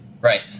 Right